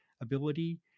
ability